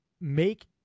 Make